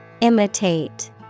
Imitate